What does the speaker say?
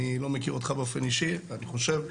אני לא מכיר אותך באופן אישי אני חושב,